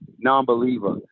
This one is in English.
non-believer